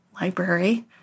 Library